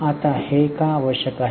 आता हे का आवश्यक आहे